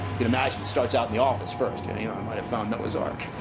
can imagine, it starts out in the office first. and you know i might have found noah's ark.